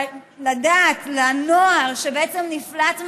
לנוער שנפלט מהמערכת,